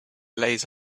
lays